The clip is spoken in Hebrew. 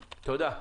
תודה.